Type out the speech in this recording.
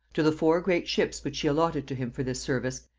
to the four great ships which she allotted to him for this service,